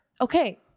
Okay